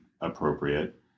appropriate